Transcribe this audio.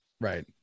Right